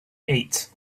eight